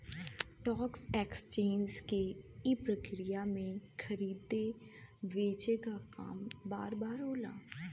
stock exchange के ई प्रक्रिया में खरीदे बेचे क काम बार बार होला